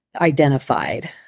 identified